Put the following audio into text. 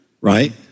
right